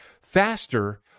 faster